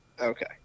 Okay